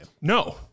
no